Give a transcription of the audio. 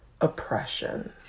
oppression